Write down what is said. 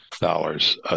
dollars